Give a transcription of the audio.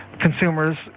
consumers